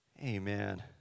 Amen